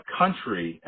country